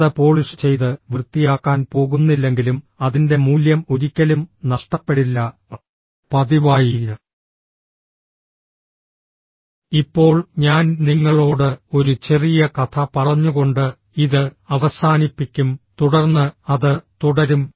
അത് പോളിഷ് ചെയ്ത് വൃത്തിയാക്കാൻ പോകുന്നില്ലെങ്കിലും അതിന്റെ മൂല്യം ഒരിക്കലും നഷ്ടപ്പെടില്ല പതിവായി ഇപ്പോൾ ഞാൻ നിങ്ങളോട് ഒരു ചെറിയ കഥ പറഞ്ഞുകൊണ്ട് ഇത് അവസാനിപ്പിക്കും തുടർന്ന് അത് തുടരും